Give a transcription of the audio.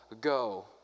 go